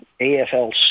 AFL